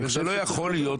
זה לא יכול להיות,